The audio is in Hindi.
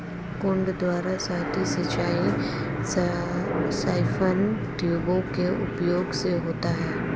कुंड द्वारा सतही सिंचाई साइफन ट्यूबों के उपयोग से होता है